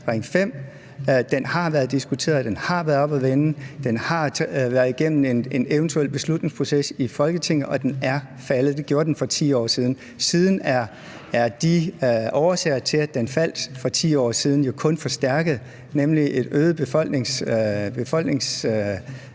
Ring 5 har været diskuteret, at den har været igennem en eventuel beslutningsproces i Folketinget, og at den er faldet – det gjorde den for 10 år siden. Siden er årsagen til, at den faldt for 10 år siden – nemlig en øget modstand